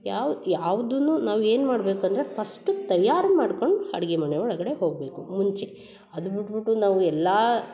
ಯಾವ ಯಾವುದನ್ನು ನಾವು ಏನು ಮಾಡ್ಬೇಕಂದರೆ ಫಸ್ಟು ತಯಾರು ಮಾಡ್ಕೊಂಡು ಅಡ್ಗೆ ಮನೆ ಒಳಗಡೆ ಹೋಗಬೇಕು ಮುಂಚೆ ಅದು ಬಿಟ್ಬುಟ್ಟು ನಾವು ಎಲ್ಲ